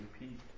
repeat